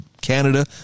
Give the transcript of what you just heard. Canada